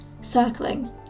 Circling